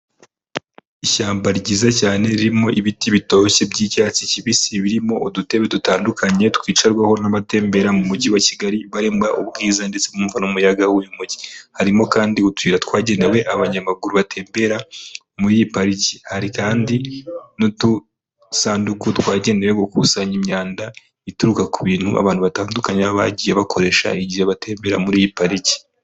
Ishyamba ryiza cyane ririmo ibiti bitoshye by'icyatsi kibisi, birimo udutebe dutandukanye twicarwaho n'abatembera mu Mujyi wa Kigali, baremo ubwiza ndetse bumva n'umuyaga w'uyu mujyi, harimo kandi utura twagenewe abanyamaguru batembera muri iyi pariki, hari kandi n'utusanduku twagenewe gukusanya imyanda ituruka ku bintu abantu batandukanye baba bagiye bakoresha, igihe batembera muri iyi pariki.